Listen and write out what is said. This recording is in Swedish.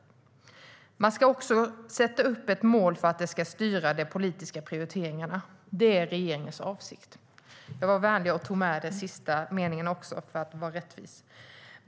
Men man kan också sätta upp ett mål för att det ska styra de politiska prioriteringarna. Det är det som är regeringens avsikt." Jag tog med den sista meningen också, för att vara rättvis.